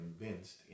convinced